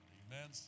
amen